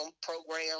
program